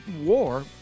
war